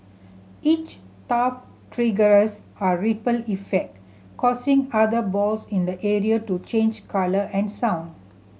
each touch triggers a ripple effect causing other balls in the area to change colour and sound